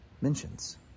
mentions